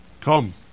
Come